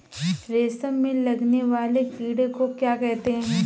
रेशम में लगने वाले कीड़े को क्या कहते हैं?